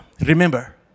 Remember